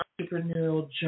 entrepreneurial